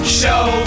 show